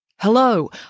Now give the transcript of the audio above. Hello